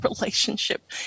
relationship